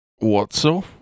Whatso